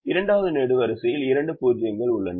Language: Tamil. இரண்டாவது நெடுவரிசையில் இரண்டு 0 கள் உள்ளன